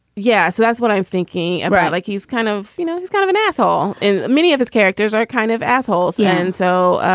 yeah. so that's what i'm thinking about. like he's kind of you know, he's kind of an asshole in many of his characters are kind of assholes. yeah. and so ah